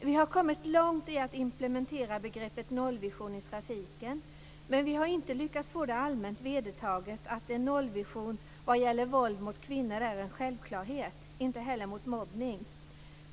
Vi har kommit långt med att implementera begreppet nollvision i trafiken. Men vi har inte lyckats få det allmänt vedertaget att en nollvision vad gäller våld mot kvinnor är en självklarhet, inte heller mot mobbning.